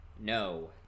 no